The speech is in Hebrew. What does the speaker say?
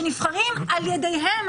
שנבחרים על ידיהם,